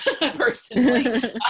personally